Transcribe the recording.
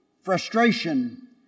frustration